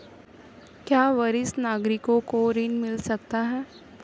क्या वरिष्ठ नागरिकों को ऋण मिल सकता है?